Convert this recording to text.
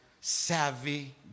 savvy